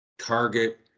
target